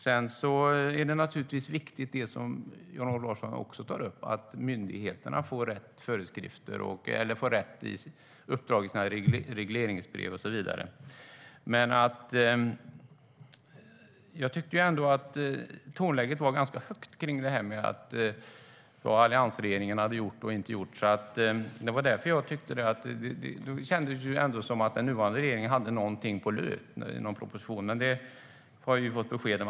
Sedan är det som Jan-Olof Larsson också tar upp viktigt, att myndigheterna får rätt uppdrag i sina regleringsbrev. Men jag tycker ändå att tonläget var ganska högt om vad alliansregeringen har och inte har gjort. Det kändes ändå som att den nuvarande regeringen hade en proposition på lut, men att så inte är fallet har vi fått besked om.